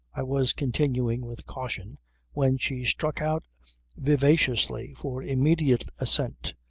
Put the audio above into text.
i was continuing with caution when she struck out vivaciously for immediate assent.